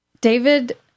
David